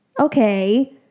okay